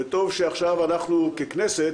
וטוב שעכשיו אנחנו ככנסת,